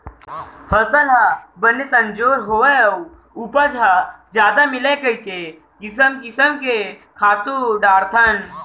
फसल ह बने संजोर होवय अउ उपज ह जादा मिलय कइके किसम किसम के खातू डारथन